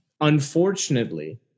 unfortunately